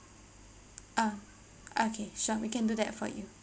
uh okay sure we can do that for you